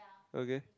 okay